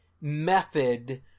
method